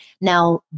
Now